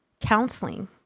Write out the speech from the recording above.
counseling